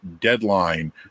deadline